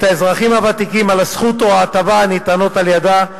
האזרחים הוותיקים על הזכות או ההטבה הניתנות על-ידה,